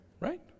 right